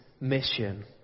mission